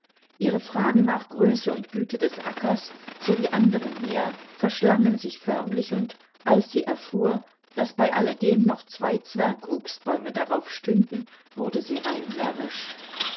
ihre fragen nach größe und güte des ackers sowie andre mehr verschlangen sich förmlich und als sie erfuhr daß bei alledem noch zwei zwergobstbäume darauf stünden wurde sie rein närrisch